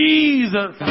Jesus